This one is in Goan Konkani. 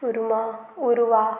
उर्मा उर्वा